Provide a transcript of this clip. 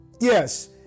Yes